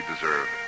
deserve